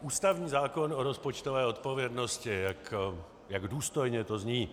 Ústavní zákon o rozpočtové odpovědnosti jak důstojně to zní.